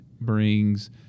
brings